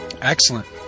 Excellent